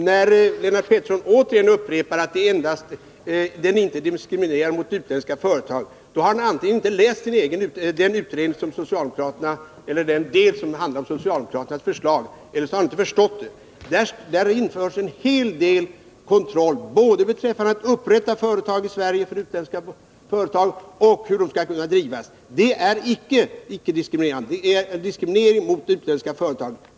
När Lennart Pettersson återigen upprepar att den lagstiftningen inte diskriminerar utländska företag, har han antingen inte läst den del av utredningen som handlar om socialdemokraternas förslag eller också har han inte förstått den. Där införs en hel del kontroll både när det gäller att upprätta företag i Sverige för utländska företag och när det gäller hur dessa skall drivas. Det är icke icke-diskriminerande, utan det är en diskriminering mot utländska företag.